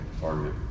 target